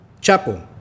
chapel